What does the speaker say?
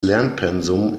lernpensum